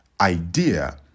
idea